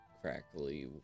crackly